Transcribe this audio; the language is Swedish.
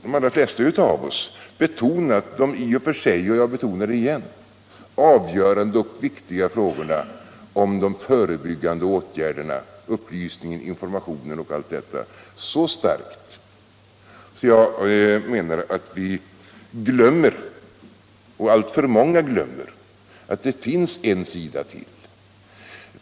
De allra flesta av oss har betonat — och jag betonar det igen — det i och för sig avgörande och viktiga med de förebyggande åtgärderna — upplysningen, informationen och allt detta — så starkt att alltför många glömmer att det finns en sida till.